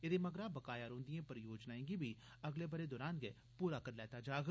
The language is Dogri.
एह्दे मगरा बकाया रौंह्दी परियोजनाएं गी बी अगले ब'रे दौरान गै पूरा करी लैता जाग